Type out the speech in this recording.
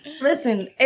listen